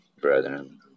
brethren